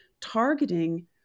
targeting